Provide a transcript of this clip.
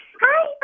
Hi